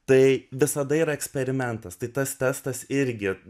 tai visada yra eksperimentas tai tas testas irgi